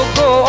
go